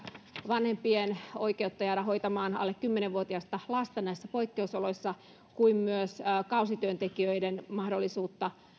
vanhempien oikeutta jäädä hoitamaan alle kymmenen vuotiasta lasta näissä poikkeusoloissa että myös kausityöntekijöiden mahdollisuutta